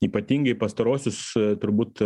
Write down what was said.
ypatingai pastaruosius turbūt